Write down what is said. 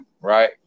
right